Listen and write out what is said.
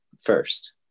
first